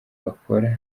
bakora